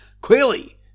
Clearly